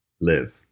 live